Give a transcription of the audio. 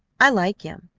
i like him.